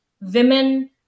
women